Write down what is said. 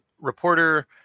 reporter